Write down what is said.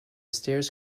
stairs